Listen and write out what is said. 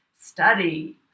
study